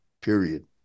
period